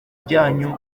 byanyu